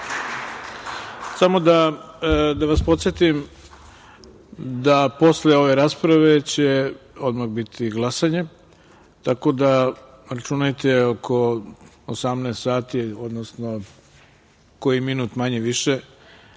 da vas podsetim da posle ove rasprave će odmah biti glasanje, tako da, računajte oko 18.00 časova, odnosno koji minut manje-više